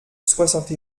soixante